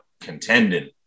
contending